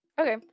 okay